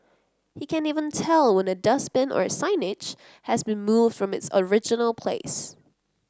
he can even tell when a dustbin or signage has been moved from its original place